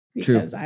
True